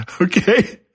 Okay